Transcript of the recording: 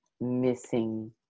missing